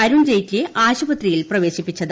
അരുൺ ജെയ്റ്റ്ലിയെ ആശുപത്രിയിൽ പ്രവേശിപ്പിച്ചത്